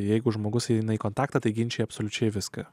jeigu žmogus eina į kontaktą tai ginčai absoliučiai viską